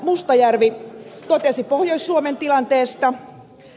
mustajärvi totesi pohjois suomen tilanteesta